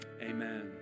amen